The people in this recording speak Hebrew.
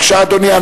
בבקשה, אדוני.